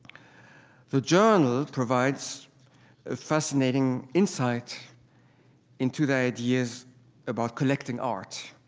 the journal provides a fascinating insight into their ideas about collecting art.